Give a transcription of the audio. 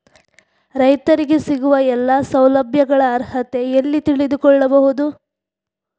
ರೈತರಿಗೆ ಸಿಗುವ ಎಲ್ಲಾ ಸೌಲಭ್ಯಗಳ ಅರ್ಹತೆ ಎಲ್ಲಿ ತಿಳಿದುಕೊಳ್ಳಬಹುದು?